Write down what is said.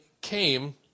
came